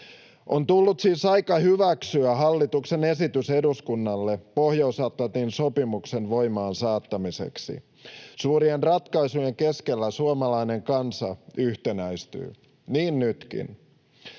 On tullut siis aika hyväksyä hallituksen esitys eduskunnalle Pohjois-Atlantin sopimuksen voimaansaattamiseksi. Suurien ratkaisujen keskellä suomalainen kansa yhtenäistyy, niin nytkin.